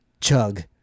Chug